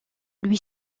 lui